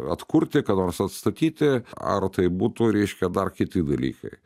atkurti ką nors atstatyti ar tai būtų reiškia dar kiti dalykai